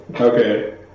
Okay